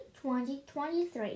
2023